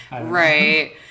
right